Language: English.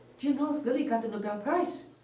you know, willy got a nobel prize.